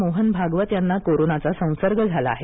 मोहन भागवत यांना कोरोनाचा संसर्ग झाला आहे